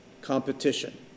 competition